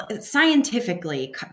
Scientifically